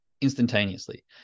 instantaneously